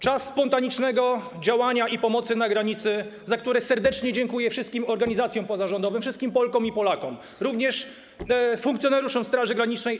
Za spontaniczne działania i pomoc na granicy serdecznie dziękuję wszystkim organizacjom pozarządowym, wszystkim Polkom i Polakom, również funkcjonariuszom Straży Granicznej.